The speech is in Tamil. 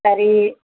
சரி